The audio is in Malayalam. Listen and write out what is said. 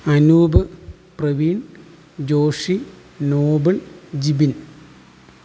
അനൂപ് പ്രവീൺ ജോഷി നോബിൻ ജിബിൻ